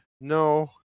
no